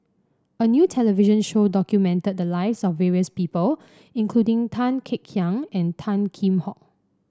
a new television show documented the lives of various people including Tan Kek Hiang and Tan Kheam Hock